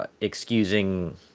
excusing